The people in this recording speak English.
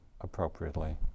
appropriately